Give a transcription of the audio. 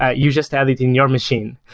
ah you just had it in your machine.